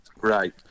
Right